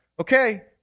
okay